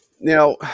Now